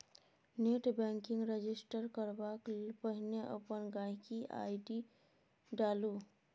net banking register करबाक लेल पहिने अपन गांहिकी आइ.डी डालु